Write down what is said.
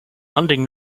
london